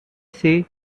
see